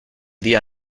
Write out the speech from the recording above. día